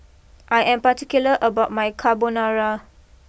I am particular about my Carbonara